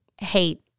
hate